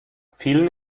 vielen